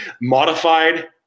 modified